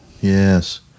Yes